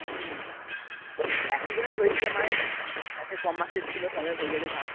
হুম একেক জনের হয়েছে মানে যাদের কম মাসের ছিল তাদের হয়ে গেছে ধান